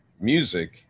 music